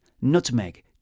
nutmeg